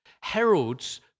heralds